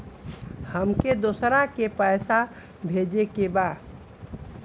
हमके दोसरा के पैसा भेजे के बा?